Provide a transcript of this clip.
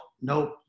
nope